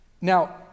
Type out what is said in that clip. Now